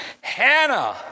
Hannah